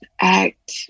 act